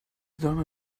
done